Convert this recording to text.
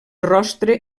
rostre